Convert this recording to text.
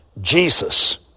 Jesus